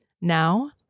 Now